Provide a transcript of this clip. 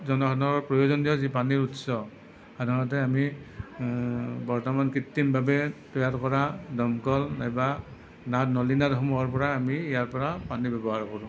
জনসাধাৰণৰ প্ৰয়োজনীয় যি পানীৰ উৎস সাধাৰণতে আমি বৰ্তমান কৃত্ৰিমভাৱে তৈয়াৰ কৰা দমকল নাইবা নাদ নলী নাদসমূহৰ পৰা আমি ইয়াৰপৰা পানী ব্য়ৱহাৰ কৰোঁ